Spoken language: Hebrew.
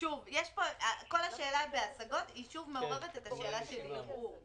כל השאלה בהשגות מעוררת את השאלה של ערעור,